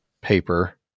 paper